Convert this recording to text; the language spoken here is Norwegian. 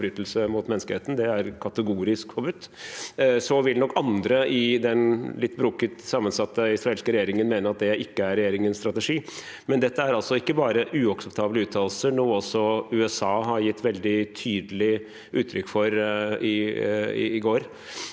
forbrytelse mot menneskeheten. Det er kategorisk forbudt. Andre i den litt broket sammensatte israelske regjeringen vil nok mene at det ikke er regjeringens strategi. Dette er altså ikke bare uakseptable uttalelser – noe også USA ga veldig tydelig uttrykk for i går